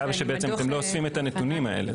עלה שבעצם אתם לא אוספים את הנתונים האלה.